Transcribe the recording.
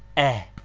a